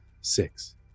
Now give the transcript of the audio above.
six